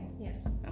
Yes